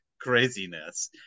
craziness